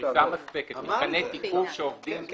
פריסה מספקת, מתקני תיקוף שעובדים.